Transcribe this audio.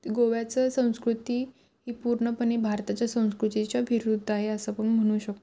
गोव्याचं संस्कृती ही पूर्णपणे भारताच्या संस्कृतीच्या विरुद्ध आहे असं आपण म्हणू शकतो